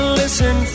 listen